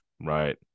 Right